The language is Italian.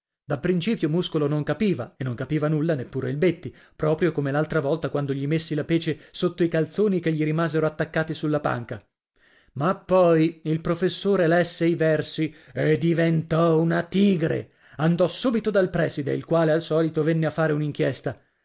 da principio muscolo non capiva e non capiva nulla neppure il betti proprio come l'altra volta quando gli messi la pece sotto i calzoni che gli rimasero attaccati sulla panca ma poi il professore lesse i versi e diventò una tigre andò subito dal prèside il quale al solito venne a fare